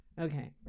Okay